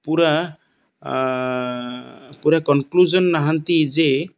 ପୁରା ପୁରା କନକ୍ଲୁଜନ ନାହାନ୍ତି ଯେ